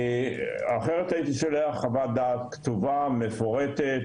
ואחרת הייתי שולח חוות דעת כתובה מפורטת.